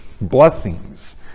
blessings